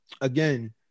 again